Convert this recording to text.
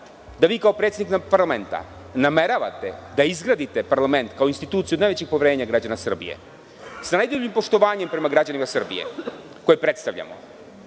da vi kao predsednik parlamenta nameravate da izgradite parlament kao instituciju od najvećeg poverenja građana Srbije, sa najdubljim poštovanjem prema građanima Srbije koje predstavljamo,